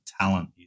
talent